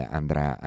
andrà